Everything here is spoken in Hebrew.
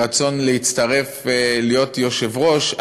ברצון להצטרף להיות יושב-ראש,